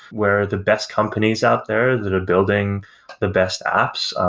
where the best companies out there that are building the best apps,